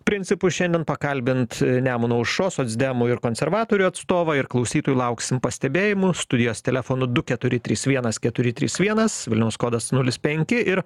principu šiandien pakalbint nemuno aušros socdemų ir konservatorių atstovą ir klausytojų lauksim pastebėjimų studijos telefonu du keturi trys vienas keturi trys vienas vilniaus kodas nulis penki ir